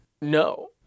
No